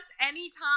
anytime